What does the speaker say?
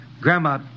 Grandma